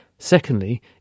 Secondly